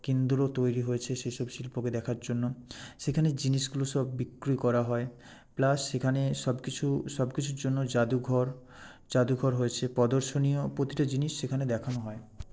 কেন্দ্র তৈরি হয়েছে সেইসব শিল্পকে দেখার জন্য সেখানে জিনিসগুলো সব বিক্রি করা হয় প্লাস সেখানে সবকিছু সবকিছুর জন্য জাদুঘর জাদুঘর হয়েছে প্রদর্শনীয় প্রতিটা জিনিস সেখানে দেখানো হয়